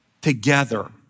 together